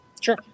Sure